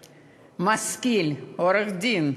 משכיל, עורך-דין,